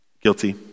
Guilty